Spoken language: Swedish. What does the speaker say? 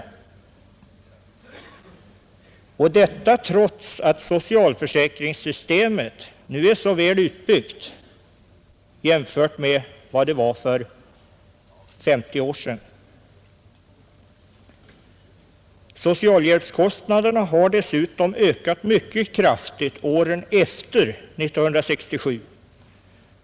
Denna ökning skedde trots att socialförsäkringssystemet nu är mycket väl utbyggt jämfört med vad det var för 50 år sedan. Socialhjälpskostnaderna har dessutom ökat mycket kraftigt åren efter 1967.